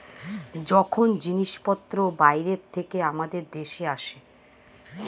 যখন জিনিসপত্র বাইরে থেকে আমাদের দেশে আসে